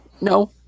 No